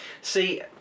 See